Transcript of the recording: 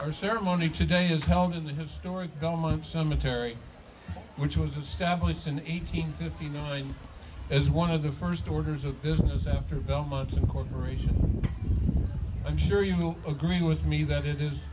our ceremony today is held in the historic government cemetery which was established in eighteen fifty nine as one of the first orders of business after bell months of corp i'm sure you will agree with me that it is